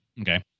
Okay